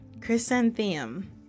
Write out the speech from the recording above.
chrysanthemum